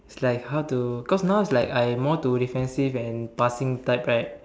it's like how to cause now it's like I am more to defensive and passing type right